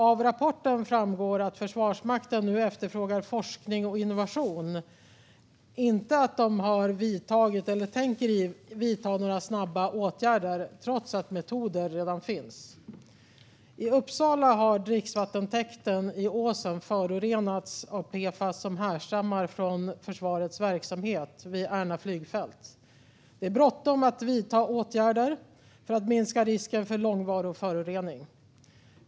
Av rapporten framgår att Försvarsmakten nu efterfrågar forskning och innovation, inte att de har vidtagit eller tänker vidta några snabba åtgärder, trots att metoder redan finns. I Uppsala har dricksvattentäkten i Åsen förorenats av PFAS som härstammar från försvarets verksamhet vid Ärna flygfält. Det är bråttom att vidta åtgärder för att minska risken för långvarig förorening.